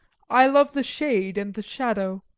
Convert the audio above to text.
i love the shade and the shadow,